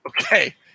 okay